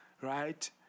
right